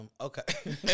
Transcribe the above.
Okay